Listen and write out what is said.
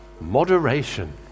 Moderation